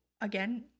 again